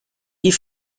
die